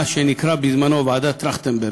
מה שנקרא בזמנו ועדת טרכטנברג.